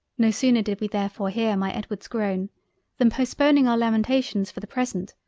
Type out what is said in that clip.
no sooner did we therefore hear my edward's groan than postponing our lamentations for the present,